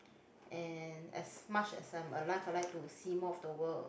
and as much as I'm alive I like to see more of the world